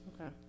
Okay